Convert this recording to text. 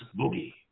Boogie